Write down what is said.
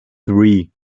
three